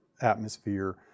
atmosphere